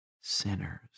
sinners